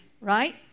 right